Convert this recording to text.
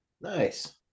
Nice